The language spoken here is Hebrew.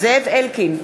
זאב אלקין,